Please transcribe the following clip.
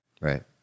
right